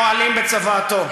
מועלים בצוואתו.